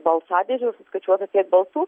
balsadėžių suskaičiuota kiek balsų